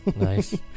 Nice